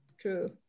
true